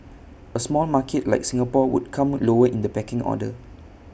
A small market like Singapore would come lower in the pecking order